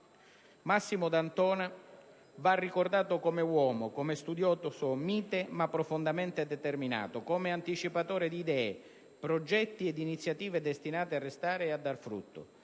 Massimo D'Antona va ricordato come uomo, come studioso mite, ma profondamente determinato, come anticipatore di idee, progetti ed iniziative destinate a restare e a dare frutto.